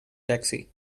taxi